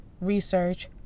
research